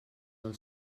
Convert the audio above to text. del